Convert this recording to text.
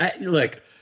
look